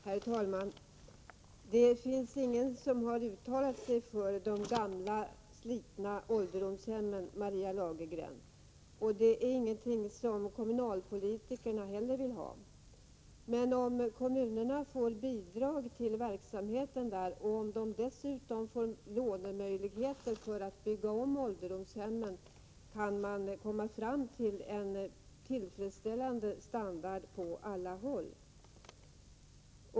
Herr talman! Det finns ingen, Maria Lagergren, som uttalat sig för de gamla slitna ålderdomshemmen. Det är ingenting som kommunalpolitiker heller vill ha. Om kommunerna får bidrag till verksamheten och om de dessutom får lånemöjligheter för att bygga om ålderdomshemmen, kan man kanske komma fram till en tillfredsställande standard på alla håll.